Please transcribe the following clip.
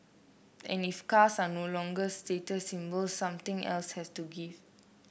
and if cars are no longer status symbols something else has to give